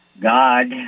God